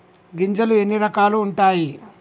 గింజలు ఎన్ని రకాలు ఉంటాయి?